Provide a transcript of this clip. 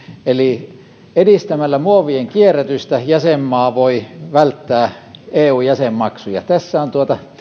eli edistämällä muovien kierrätystä jäsenmaa voi välttää eu jäsenmaksuja tässä on